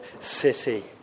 city